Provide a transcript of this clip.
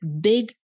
big